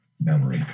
memory